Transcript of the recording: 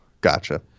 Gotcha